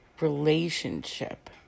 relationship